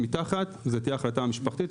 מתחת זו תהיה החלטה משפחתית.